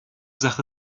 sache